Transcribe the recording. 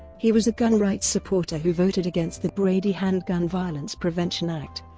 he was a gun rights supporter who voted against the brady handgun violence prevention act